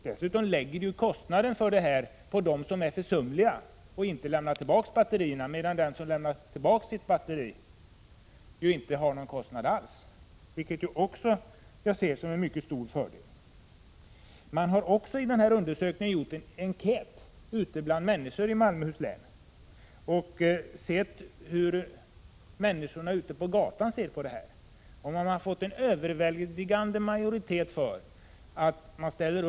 Dessutom läggs ju kostnaden på dem som är försumliga och inte lämnar tillbaka batterierna, medan den som lämnar tillbaka sitt batteri inte har någon kostnad alls, vilket också skall ses som en mycket stor fördel. Man har också i den här undersökningen gjort en enkät bland människor i Malmöhus län och sett hur folk ute på gatan ser på saken, och man har fått en överväldigande majoritet för ett pantsystem.